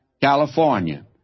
California